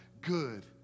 good